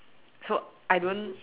so I don't